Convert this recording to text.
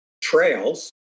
trails